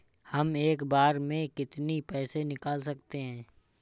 हम एक बार में कितनी पैसे निकाल सकते हैं?